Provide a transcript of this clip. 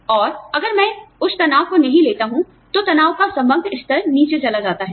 और अगर मैं उस तनाव को नहीं लेता हूं तो तनाव का समग्र स्तर नीचे आता है